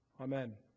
Amen